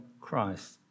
Christ